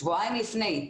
שבועיים לפני,